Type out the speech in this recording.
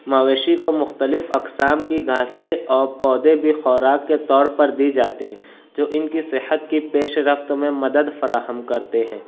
مویشی کو مختلف اقسام کی گھاسیں اور پودے بھی خوراک کے طور پر دی جاتی ہیں جو ان کی صحت کی پیش رفت مدد فراہم کرتے ہیں